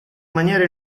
maniera